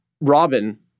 Robin